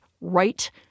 right